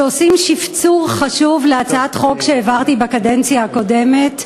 שעושים שפצור חשוב להצעת חוק שהעברתי בקדנציה הקודמת,